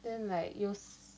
then like 有